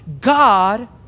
God